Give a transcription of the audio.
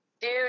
Dude